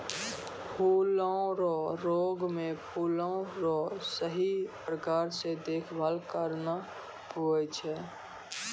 फूलो रो रोग मे फूलो रो सही प्रकार से देखभाल करना हुवै छै